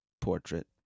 portrait